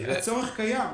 הצורך קיים.